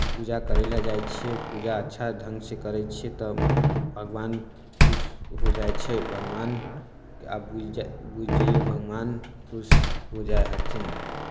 पूजा करय लए जाइ छियै पूजा अच्छा ढङ्गसँ करै छियै तऽ भगवान खुश हो जाइ छै भगवान आब बुझि जाइ बुझि जइयौ भगवान खुश हो जाइ हथिन